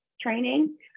training